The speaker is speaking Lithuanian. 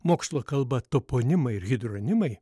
mokslo kalba toponimai ir hidronimai